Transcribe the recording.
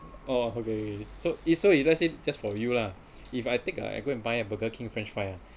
oh okay so it's so if let's say just for you lah if I take uh I go and buy a burger king french fry lah